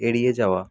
এড়িয়ে যাওয়া